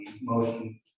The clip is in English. motion